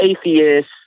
atheist